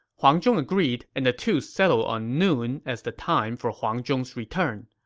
huang zhong agreed, and the two settled on noon as the time for huang zhong's return.